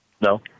No